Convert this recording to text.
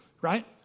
right